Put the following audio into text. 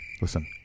listen